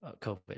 COVID